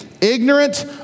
ignorant